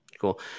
Cool